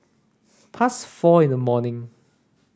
past four in the morning